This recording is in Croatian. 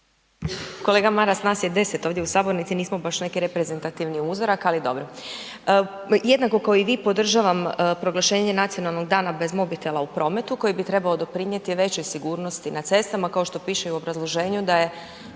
Kolega Maras nas je deset ovdje u sabornici i nismo baš neki reprezentativni uzorak, ali dobro. Jednako kao i vi podržavam proglašenje Nacionalnog dana bez mobitela u prometu koji bi trebao doprinijeti većoj sigurnosti na cestama kao što piše i u obrazloženju da je